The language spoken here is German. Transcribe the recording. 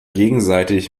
gegenseitig